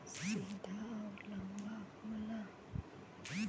सीधा अउर लंबा होला